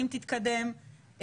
אם תתקדם,